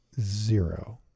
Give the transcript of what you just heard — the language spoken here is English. zero